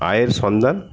আয়ের সন্ধান